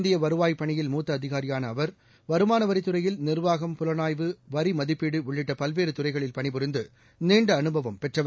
இந்திய வருவாய்ப் பணியில் மூத்த அதிகாரியாள அவர் வருமான வரித்துறையில் நிர்வாகம் புலனாய்வு வரி மதிப்பீடு உள்ளிட்ட பல்வேறு துறைகளில் பணிபரிந்து நீண்ட அனுபவம் பெற்றவர்